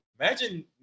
Imagine